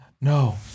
No